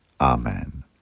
Amen